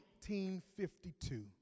1952